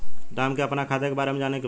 राम के अपने खाता के बारे मे जाने के बा?